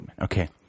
okay